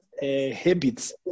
habits